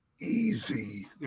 easy